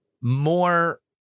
more